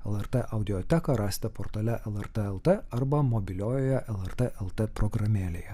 lrt audioteką rasite portale lrt el t arba mobiliojoje lrt el t programėlėje